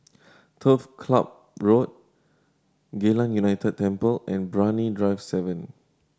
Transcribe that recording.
Turf Ciub Road Geylang United Temple and Brani Drive Seven